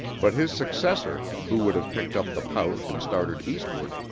but his successor, who would have picked up the pouch and started eastward,